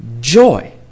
Joy